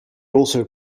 also